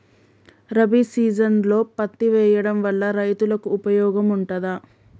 రబీ సీజన్లో పత్తి వేయడం వల్ల రైతులకు ఉపయోగం ఉంటదా?